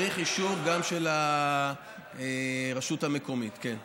צריך אישור גם של הרשות המקומית, כן.